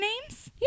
names